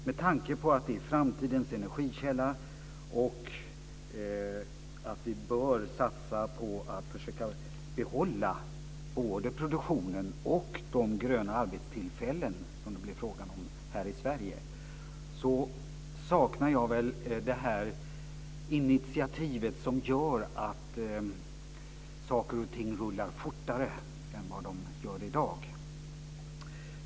Med tanke på att detta är framtidens energikälla, och att vi bör satsa på att försöka behålla både produktionen och de gröna arbetstillfällen som det blir fråga om här i Sverige så saknar jag det initiativ som gör att saker och ting rullar fortare än vad de gör i dag.